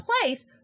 place